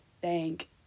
thank